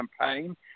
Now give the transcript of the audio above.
campaign